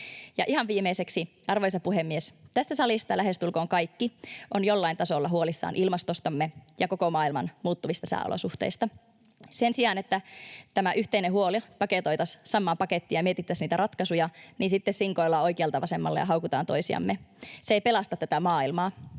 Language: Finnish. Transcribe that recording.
ihan viimeiseksi, arvoisa puhemies: Tästä salista lähestulkoon kaikki ovat jollain tasolla huolissaan ilmastostamme ja koko maailman muuttuvista sääolosuhteista. Sen sijaan, että tämä yhteinen huoli paketoitaisiin samaan pakettiin ja mietittäisiin niitä ratkaisuja, sinkoillaan oikealta vasemmalle ja haukutaan toisiamme. Se ei pelasta tätä maailmaa.